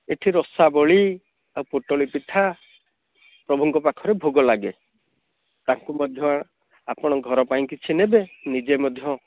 ଏଠି ରସାବଳୀ ଆଉ ପୋଟଳି ପିଠା ପ୍ରଭୁଙ୍କ ପାଖରେ ଭୋଗ ଲାଗେ ତାକୁ ମଧ୍ୟ ଆପଣ ଘର ପାଇଁ କିଛି ନେବେ ନିଜେ ମଧ୍ୟ